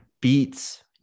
beats